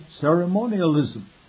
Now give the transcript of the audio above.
ceremonialism